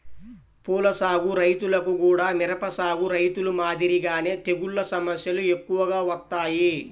పూల సాగు రైతులకు గూడా మిరప సాగు రైతులు మాదిరిగానే తెగుల్ల సమస్యలు ఎక్కువగా వత్తాయి